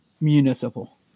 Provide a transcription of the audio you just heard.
Municipal